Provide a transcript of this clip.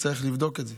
אז נצטרך לבדוק את זה.